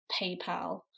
PayPal